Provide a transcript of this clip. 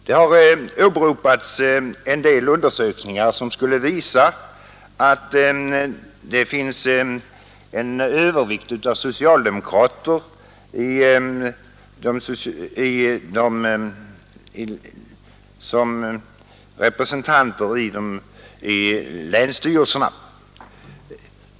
Det har åberopats en del undersökningar som skulle visa att det finns en övervikt av socialdemokrater i länsstyrelserna.